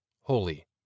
Holy